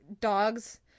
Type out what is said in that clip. dogs